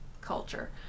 culture